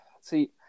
see –